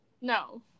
no